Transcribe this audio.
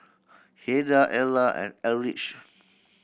Heidy Erla and Eldridge